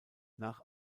nach